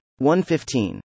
115